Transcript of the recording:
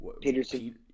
Peterson